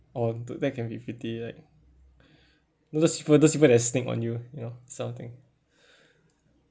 orh that can be pretty like know those people those people that sneak on you you know this kind of thing